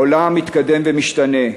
העולם מתקדם ומשתנה,